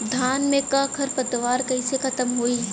धान में क खर पतवार कईसे खत्म होई?